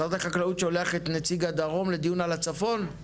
משרד החקלאות שולח את נציג הדרום לדיון על הצפון?